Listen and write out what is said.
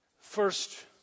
First